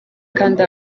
kandi